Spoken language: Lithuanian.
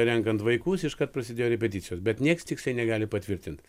renkant vaikus iškart prasidėjo repeticijos bet nieks tiksliai negali patvirtint